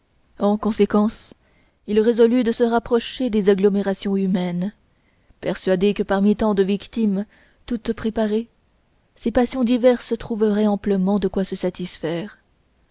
en conséquence il résolut de se rapprocher des agglomérations humaines persuadé que parmi tant de victimes toutes préparées ses passions diverses trouveraient amplement de quoi se satisfaire